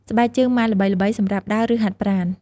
ស្បែកជើងម៉ាកល្បីៗសម្រាប់ដើរ ឬហាត់ប្រាណ។